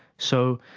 so,